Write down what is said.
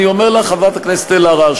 חברת הכנסת אלהרר,